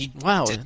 Wow